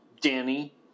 Danny